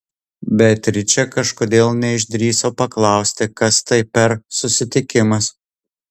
beatričė kažkodėl neišdrįso paklausti kas tai per susitikimas